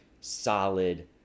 solid